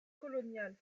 coloniales